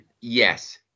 Yes